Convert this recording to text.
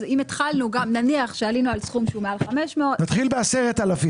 נניח שעלינו על סכום שהוא מעל 5,000 --- נתחיל ב-10,000.